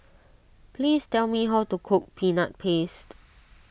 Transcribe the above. please tell me how to cook Peanut Paste